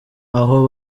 aho